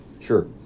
Sure